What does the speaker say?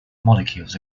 molecules